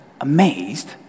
amazed